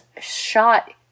shot